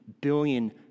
Billion